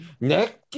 neck